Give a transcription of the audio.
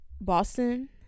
boston